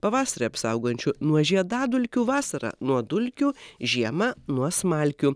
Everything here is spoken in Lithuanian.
pavasarį apsaugančiu nuo žiedadulkių vasarą nuo dulkių žiema nuo smalkių